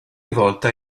volta